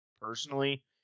personally